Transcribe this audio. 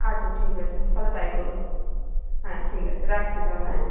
আচ্ছা ঠিক আছে তাহলে তাই করুন হ্যাঁ ঠিক আছে রাখছি তাহলে হ্যাঁ